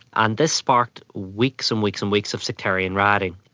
and this sparked weeks um weeks and weeks of sectarian rioting.